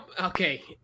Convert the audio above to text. okay